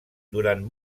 durant